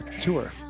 tour